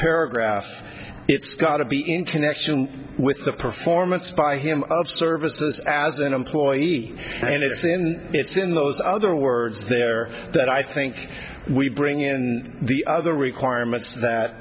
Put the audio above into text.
paragraph it's got to be in connection with the performance by him of services as an employee and it's in it's in those other words there that i think we bring in the other requirements that